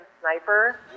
Sniper